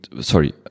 sorry